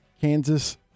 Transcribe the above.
Kansas